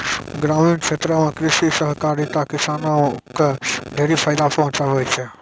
ग्रामीण क्षेत्रो म कृषि सहकारिता किसानो क ढेरी फायदा पहुंचाबै छै